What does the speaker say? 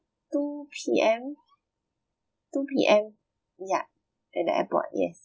two P_M two P_M yup at the airport yes